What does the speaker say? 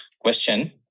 question